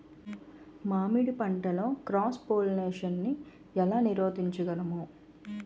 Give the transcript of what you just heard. మామిడి పంటలో cross pollination నీ ఏల నీరోధించగలము?